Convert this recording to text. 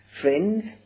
Friends